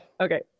okay